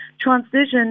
transition